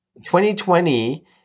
2020